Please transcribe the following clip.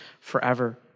forever